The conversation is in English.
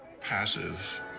passive